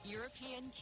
European